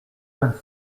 vingt